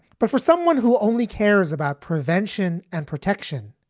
but for someone who only cares about prevention and protection.